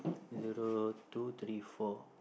zero two three four